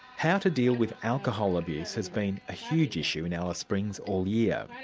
how to deal with alcohol abuse has been a huge issue in alice springs all year.